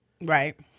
Right